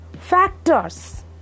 factors